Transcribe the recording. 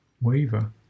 waver